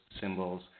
symbols